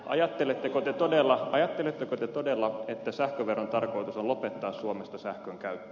ajatteletteko te todella että sähköveron tarkoitus on lopettaa suomesta sähkönkäyttö